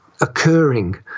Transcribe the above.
Occurring